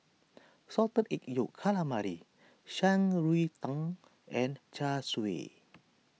Salted Egg Yolk Calamari ShanRui Tang and Char Siu